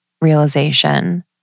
realization